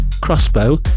Crossbow